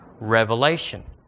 revelation